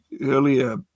earlier